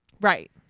Right